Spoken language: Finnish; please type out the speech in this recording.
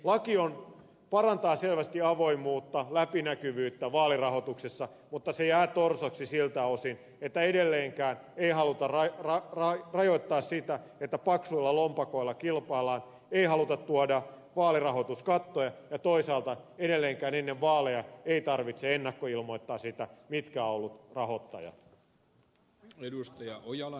laki parantaa selvästi avoimuutta läpinäkyvyyttä vaalirahoituksessa mutta se jää torsoksi siltä osin että edelleenkään ei haluta rajoittaa sitä että paksuilla lompakoilla kilpaillaan ei haluta tuoda vaalirahoituskattoja ja toisaalta edelleenkään ennen vaaleja ei tarvitse ennakkoilmoittaa sitä mitkä ovat olleet rahoittajat